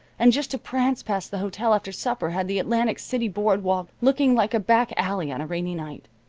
and just to prance past the hotel after supper had the atlantic city board walk looking like a back alley on a rainy night.